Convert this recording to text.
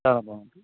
చాలా బాగుంటుంది